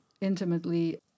intimately